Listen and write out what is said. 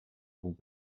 vont